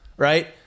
Right